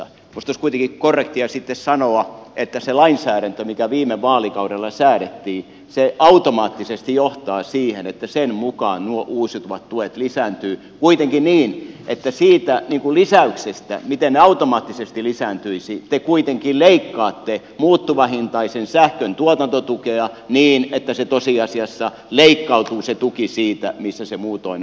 minusta olisi kuitenkin korrektia sitten sanoa että se lainsäädäntö mikä viime vaalikaudella säädettiin automaattisesti johtaa siihen että sen mukaan nuo uusiutuvan tuet lisääntyvät kuitenkin niin että siitä lisäyksestä miten ne automaattisesti lisääntyisivät te leikkaatte muuttuvahintaisen sähkön tuotantotukea niin että se tuki tosiasiassa leikkautuu siitä missä se muutoin olisi